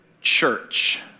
church